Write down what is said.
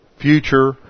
future